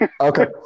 Okay